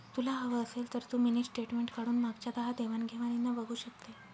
तुला हवं असेल तर तू मिनी स्टेटमेंट काढून मागच्या दहा देवाण घेवाणीना बघू शकते